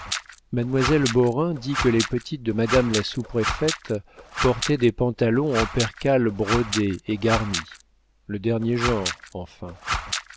mademoiselle borain dit que les petites de madame la sous-préfète portaient des pantalons en percale brodés et garnis le dernier genre enfin